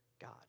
God